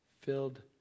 filled